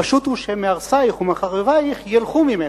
הפשוט הוא שמהרסייך ומחריבייך ילכו ממך.